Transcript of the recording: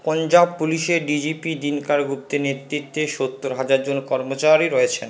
পঞ্জাব পুলিশের ডিজিপি দিনকর গুপ্তের নেতৃত্বে সত্তর হাজারজন কর্মচারী রয়েছেন